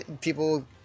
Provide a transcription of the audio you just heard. people